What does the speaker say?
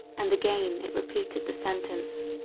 and again, it repeated the sentence,